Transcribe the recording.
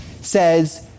says